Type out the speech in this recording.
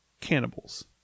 cannibals